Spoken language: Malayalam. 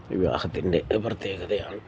വിവാഹത്തിൻ്റെ പ്രത്യേകതയാണ്